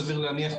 סביר להניח,